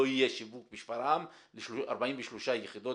לא יהיה שיווק בשפרעם ל-43 מגרשים.